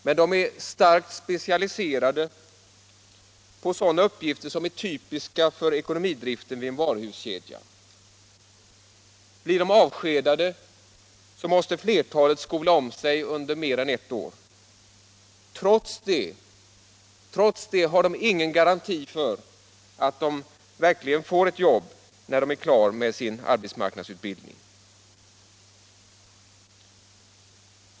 Men de är starkt specialiserade på sådana uppgifter som är typiska för ekonomidriften vid en varuhuskedja. Blir de avskedade måste flertalet skola om sig under mer än ett år. Trots det har de ingen garanti för att de verkligen får ett jobb när de är färdiga med sin arbetsmarknadsutbildning.